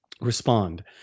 respond